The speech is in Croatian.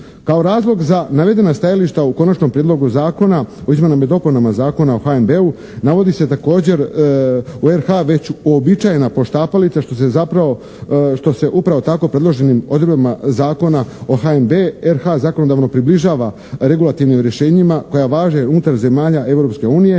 Kao razlog za navedena stajališta u Konačnom prijedlogu zakona o izmjenama i dopunama Zakona o HNB-u navodi se također u RH već uobičajena poštapalica što se upravo tako predloženim odredbama Zakona o HNB-u RH zakonodavno približava regulativnim rješenjima koja važe unutar zemalja